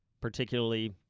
particularly